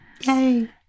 Yay